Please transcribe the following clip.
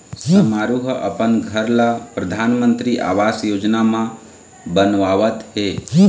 समारू ह अपन घर ल परधानमंतरी आवास योजना म बनवावत हे